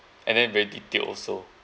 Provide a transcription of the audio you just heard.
and then very detailed also